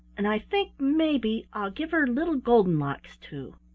and i think, maybe, i'll give her little golden locks too.